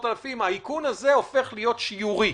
והאיכון הזה הופך להיות שיורי.